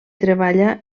treballa